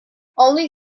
only